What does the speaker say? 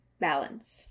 balance